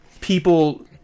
people